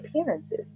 appearances